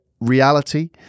reality